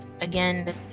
again